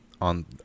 on